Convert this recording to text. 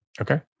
Okay